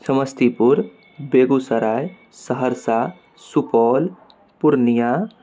Samastipur Begusarai Saharsa Supaul Purnia